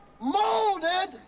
molded